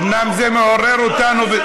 אומנם זה מעורר אותנו,